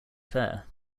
fair